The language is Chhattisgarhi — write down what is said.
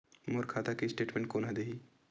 मोर खाता के स्टेटमेंट कोन ह देही?